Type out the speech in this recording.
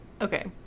Okay